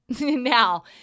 now